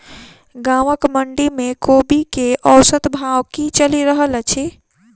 गाँवक मंडी मे कोबी केँ औसत भाव की चलि रहल अछि?